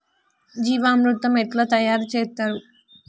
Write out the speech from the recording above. జీవామృతం ఎట్లా తయారు చేత్తరు?